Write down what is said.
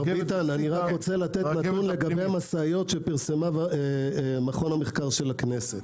הבעיות שפרסם מכון המחקר של הכנסת